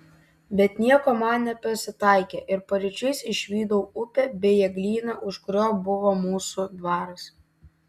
bet nieko man nepasitaikė ir paryčiais išvydau upę bei eglyną už kurio buvo mūsų dvaras